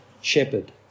shepherd